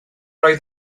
oedd